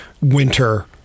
winter